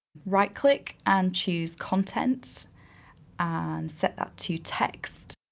right-click and choose content and set that to text.